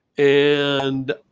and